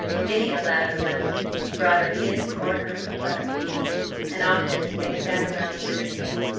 many a lad or lassie brought her his or her perplexities and often as they sat around the winter camp,